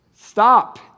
stop